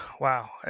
Wow